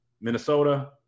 Minnesota